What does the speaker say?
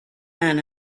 man